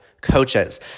coaches